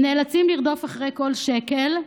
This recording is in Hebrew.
הם נאלצים לרדוף אחרי כל שקל,